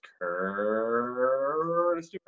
Curtis